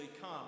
come